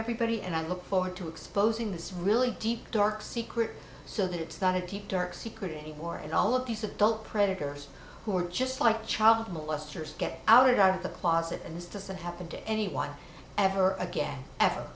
everybody and i look forward to exposing this really deep dark secret so that it's not a deep dark secret anymore and all of these adult predators who are just like child molesters get our out of the closet and this doesn't happen to anyone ever again